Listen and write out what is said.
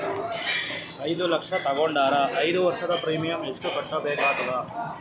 ಐದು ಲಕ್ಷ ತಗೊಂಡರ ಐದು ವರ್ಷದ ಪ್ರೀಮಿಯಂ ಎಷ್ಟು ಕಟ್ಟಬೇಕಾಗತದ?